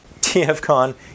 TFCon